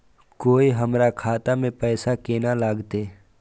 कोय हमरा खाता में पैसा केना लगते?